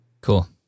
Cool